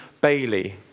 Bailey